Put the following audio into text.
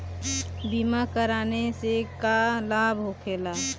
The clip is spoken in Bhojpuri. बीमा कराने से का लाभ होखेला?